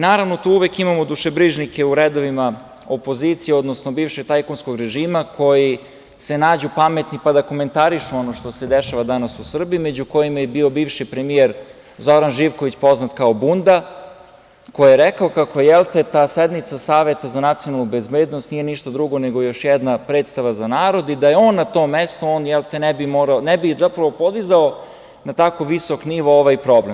Naravno, tu uvek imamo dušebrižnike u redovima opozicije, odnosno bivšeg tajkunskog režima koji se nađu pametni pa da komentarišu ono što se dešava danas u Srbiji, među kojima je bio i bivši premijer Zoran Živković, poznat kao bunda, koji je rekao kako ta sednica Saveta za nacionalnu bezbednost nije ništa drugo nego još jedna predstava za narod i da on ne bi podizao na tako visok nivo ovaj problem.